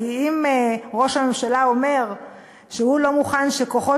כי אם ראש הממשלה אומר שהוא לא מוכן שכוחות